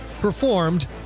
performed